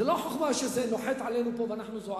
זה לא חוכמה שזה נוחת עלינו פה ואנחנו זועקים.